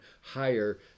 higher